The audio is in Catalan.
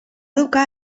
educar